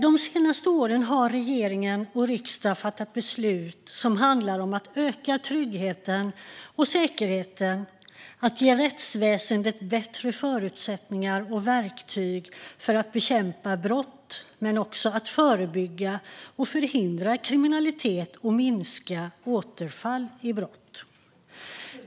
De senaste åren har regeringen och riksdagen fattat beslut som handlar om att öka tryggheten och säkerheten och att ge rättsväsendet bättre förutsättningar och verktyg att bekämpa brott men också att förebygga och förhindra kriminalitet och minska återfall i brott.